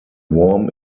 worm